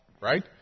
right